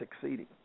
succeeding